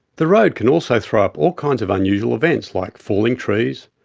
the road can also throw up all kinds of unusual events like falling trees,